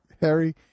Harry